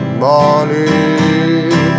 morning